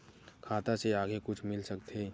खाता से आगे कुछु मिल सकथे?